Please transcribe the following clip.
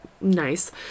nice